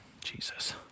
Jesus